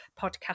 podcast